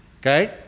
Okay